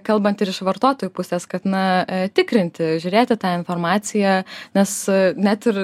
kalbant ir iš vartotojų pusės kad na tikrinti žiūrėti tą informaciją nes net ir